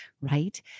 right